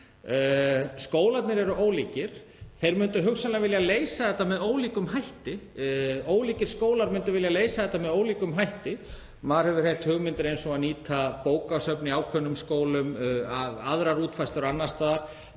Skólarnir eru ólíkir og þeir myndu hugsanlega vilja leysa þetta með ólíkum hætti. Ólíkir skólar myndu vilja leysa þetta með ólíkum hætti. Maður hefur heyrt hugmyndir eins og að nýta bókasöfn í ákveðnum skólum og aðrar útfærslur annars staðar.